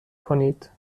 کنید